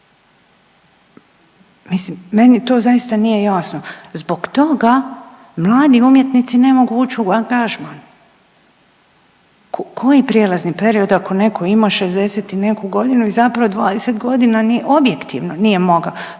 mislim meni to zaista nije jasno. Zbog toga mladi umjetnici ne mogu ući u angažman, koji prijelazni period ako netko ima 60 i neku godinu i zapravo 20 godina ni objektivno nije mogao,